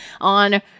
on